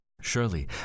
Surely